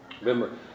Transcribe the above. remember